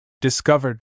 discovered